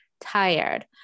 tired